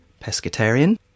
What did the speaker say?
pescatarian